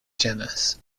genus